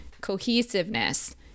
cohesiveness